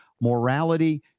morality